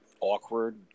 awkward